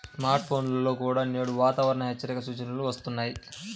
smart ఫోన్లలో కూడా నేడు వాతావరణ హెచ్చరికల సూచనలు వస్తున్నాయి